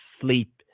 sleep